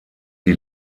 die